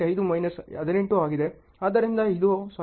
5 minus 18 ಆಗಿದೆ ಆದ್ದರಿಂದ ಇದು 0